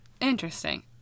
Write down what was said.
Interesting